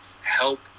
help